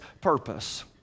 purpose